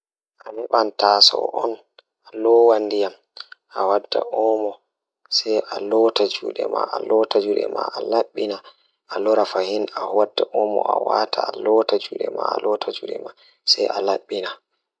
Jokkondir ndiyam ngam njillataa hakkunde, waawataa waɗude soap walla sabon. Foti waawaa njillataa cuuraande hakkunde, waawataa njiddude hawaɗe, daɗɗi e waawataa njiddude kalloji, kadi holla ɗiɗi. Hokkondir ndiyam ngam sabu njiddude cuuraande sabu. Njiddaade keɓa hannaajo kadi ɓuri njam sabu dawtude ngam holla.